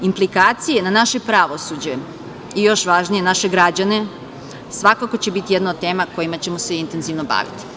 Implikacije na naše pravosuđe i, još važnije, naše građane svakako će biti jedna o tema kojima ćemo se intenzivno baviti.